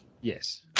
Yes